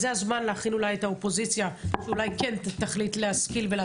אז זה הזמן להכין את האופוזיציה שאולי כן תחליט להשכיל ולהצביע בעד.